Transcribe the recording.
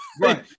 Right